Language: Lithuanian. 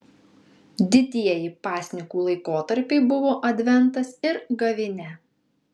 didieji pasninkų laikotarpiai buvo adventas ir gavėnia